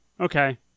Okay